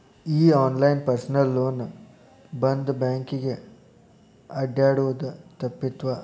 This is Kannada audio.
ಈ ಆನ್ಲೈನ್ ಪರ್ಸನಲ್ ಲೋನ್ ಬಂದ್ ಬ್ಯಾಂಕಿಗೆ ಅಡ್ಡ್ಯಾಡುದ ತಪ್ಪಿತವ್ವಾ